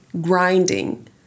grinding